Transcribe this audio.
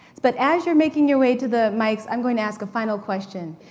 but as you're making your way to the mics, i'm going to ask a final question.